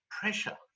pressure